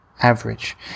average